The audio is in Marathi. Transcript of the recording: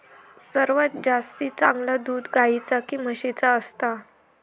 सर्वात जास्ती चांगला दूध गाईचा की म्हशीचा असता?